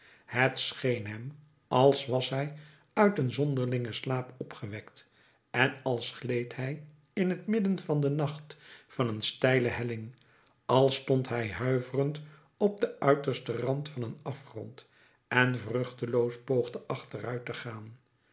scheen hem als was hij uit een zonderlingen slaap opgewekt en als gleed hij in t midden van den nacht van een steile helling als stond hij huiverend op den uitersten rand van een afgrond en vruchteloos poogde achteruit te gaan